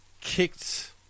kicked